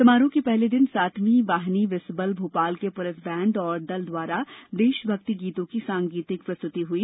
समारोह के पहले दिन सातवीं वाहिनी विसबल भोपाल के पुलिस बैण्ड एवं दल द्वारा देशभक्ति गीतों की सांगीतिक प्रस्तुति हुई